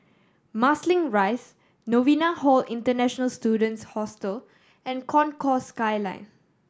Marsiling Rise Novena Hall International Students Hostel and Concourse Skyline